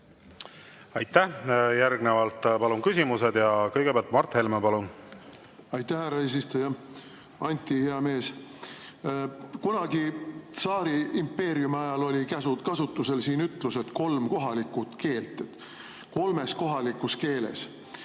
Aitäh! Järgnevalt palun küsimused. Kõigepealt Mart Helme, palun! Aitäh, härra eesistuja! Anti, hea mees! Kunagi tsaariimpeeriumi ajal oli kasutusel siin ütlus, et kolm kohalikku keelt, kolmes kohalikus keeles.